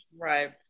Right